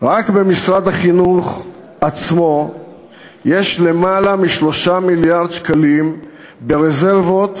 רק במשרד החינוך עצמו יש למעלה מ-3 מיליארד שקלים ברזרבות